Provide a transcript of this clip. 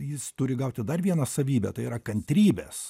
jis turi gauti dar vieną savybę tai yra kantrybės